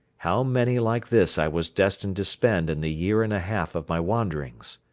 how many like this i was destined to spend in the year and a half of my wanderings!